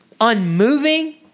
unmoving